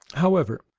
however,